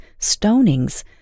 stonings